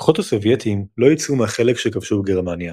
הכוחות הסובייטים לא יצאו מהחלק שכבשו בגרמניה,